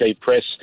Press